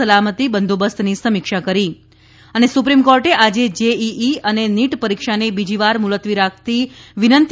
સલામતી બંદોબસ્ત ની સમિક્ષા કરી સુપ્રિમકોર્ટે આજે જેઇઇ અને નીટ પરીક્ષાને બીજીવાર મુલતવી રાખતી વિનંતી